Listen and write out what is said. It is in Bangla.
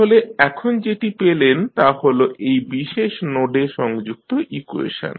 তাহলে এখন যেটি পেলেন তা' হল এই বিশেষ নোডে সংযুক্ত ইকুয়েশন